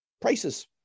prices